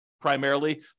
primarily